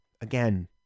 Again